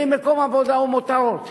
האם מקום עבודה הוא מותרות?